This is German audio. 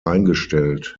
eingestellt